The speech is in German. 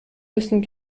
müssen